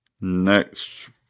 next